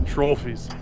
Trophies